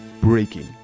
breaking